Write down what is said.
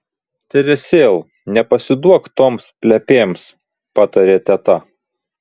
teresėl nepasiduok toms plepėms patarė teta